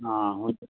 अँ हुन्छ